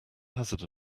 hazard